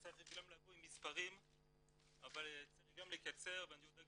לבוא עם מספרים אבל אתה צריך גם לקצר ואני יודע,